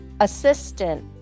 assistant